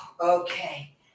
Okay